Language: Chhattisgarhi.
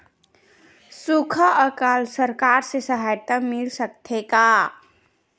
सुखा अकाल सरकार से सहायता मिल सकथे का?